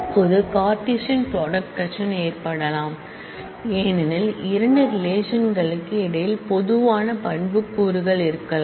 இப்போது Cartesian product பிரச்சினை ஏற்படலாம் ஏனெனில் இரண்டு ரிலேஷன்களுக்கு இடையில் பொதுவான ஆட்ரிபூட்ஸ் கள் இருக்கலாம்